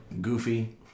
goofy